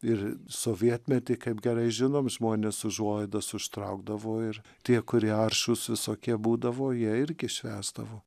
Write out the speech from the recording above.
ir sovietmetį kaip gerai žinom žmonės užuolaidas užtraukdavo ir tie kurie aršūs visokie būdavo jie irgi švęsdavo